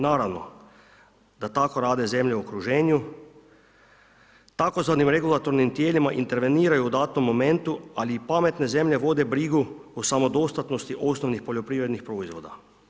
Naravno da tako rade zemlje u okruženju, tzv. regulatornim tijelima interveniraju u datom momentu ali i pametne zemlje vode brigu o samodostatnosti osnovnih poljoprivrednih proizvoda.